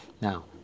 Now